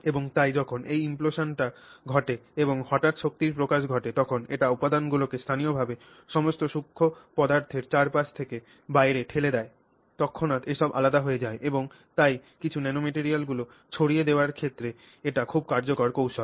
এবং তাই যখন এই implosion টি ঘটে এবং হঠাৎ শক্তির প্রকাশ ঘটে তখন এটি উপাদানগুলিকে স্থানীয়ভাবে সমস্ত সূক্ষ্ম পদার্থের চারপাশ থেকে বাইরে ঠেলে দেয় অর্থাৎ এসব আলাদা হয়ে যায় এবং তাই কিছু ন্যানোম্যাটেরিয়ালগুলি ছড়িয়ে দেওয়ার ক্ষেত্রে এটি খুব কার্যকর কৌশল